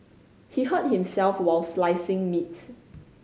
he hurt himself while slicing meats